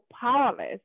powerless